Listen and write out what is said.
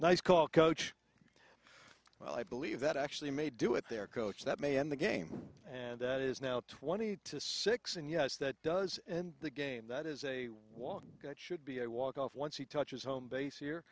nice call coach well i believe that actually may do it their coach that may end the game and that is now twenty six and yes that does and the game that is a walk that should be a walk off once he touches home base here